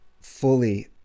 fully